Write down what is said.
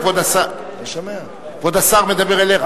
כבוד השר מדבר אליך.